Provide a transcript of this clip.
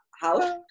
house